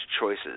choices